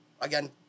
again